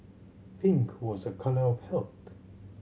pink was a colour of health